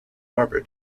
harbour